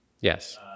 Yes